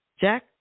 Jack